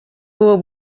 było